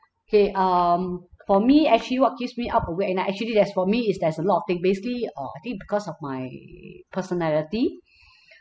kay um for me actually what keeps me up awake at night actually there's for me is there's a lot of thing basically uh I think because of my personality